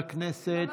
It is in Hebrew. הצביע.